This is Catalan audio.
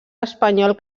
espanyol